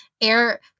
air